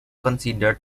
considered